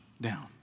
down